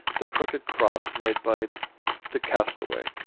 the crooked cross made by the castaway,